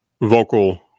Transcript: vocal